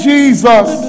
Jesus